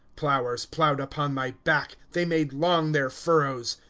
ploughers ploughed upon my back they made long their furrows.